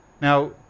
Now